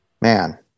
Man